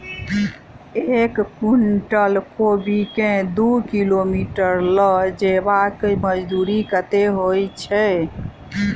एक कुनटल कोबी केँ दु किलोमीटर लऽ जेबाक मजदूरी कत्ते होइ छै?